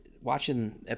watching